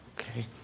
okay